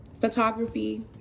photography